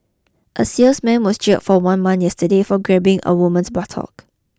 a salesman was jailed for one month yesterday for grabbing a woman's buttock